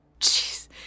Jeez